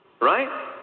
right